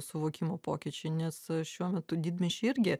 suvokimo pokyčiai nes šiuo metu didmiesčiai irgi